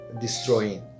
destroying